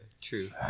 True